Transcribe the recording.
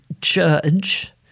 judge